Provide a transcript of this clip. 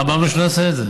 אמרנו שנעשה את זה.